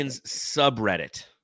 subreddit